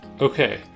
Okay